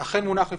אתה שומע, יואב?